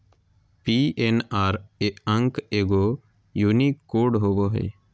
PNR अंक एगो unique code होबो हइ